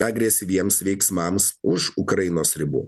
agresyviems veiksmams už ukrainos ribų